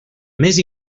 més